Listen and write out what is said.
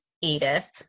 Edith